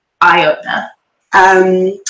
eye-opener